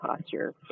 posture